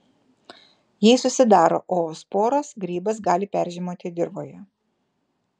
jei susidaro oosporos grybas gali peržiemoti dirvoje